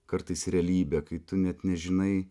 kartais realybę kai tu net nežinai